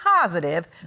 positive